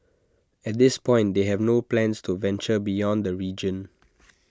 at this point they have no plans to venture beyond the region